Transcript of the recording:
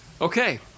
okay